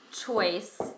choice